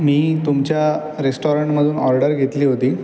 मी तुमच्या रेस्टॉरंटमधून ऑर्डर घेतली होती